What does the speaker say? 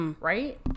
right